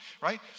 right